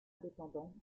indépendante